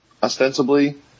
Ostensibly